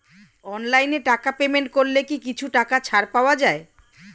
অনলাইনে টাকা পেমেন্ট করলে কি কিছু টাকা ছাড় পাওয়া যায়?